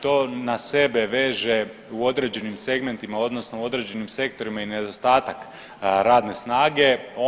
To na sebe veže u određenim segmentima odnosno u određenim sektorima i nedostatak radne snage.